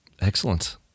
Excellent